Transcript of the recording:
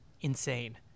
Insane